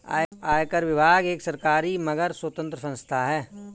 आयकर विभाग एक सरकारी मगर स्वतंत्र संस्था है